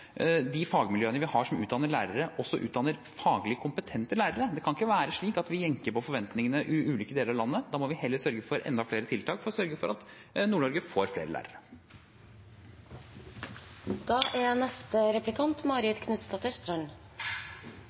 de fagmiljøene vi har som utdanner lærere, også utdanner faglig kompetente lærere. Det kan ikke være slik at vi jenker på forventningene i ulike deler av landet. Da må vi heller sørge for enda flere tiltak for å sørge for at Nord-Norge får flere lærere. Først og fremst må vi nok konstatere at det fortsatt er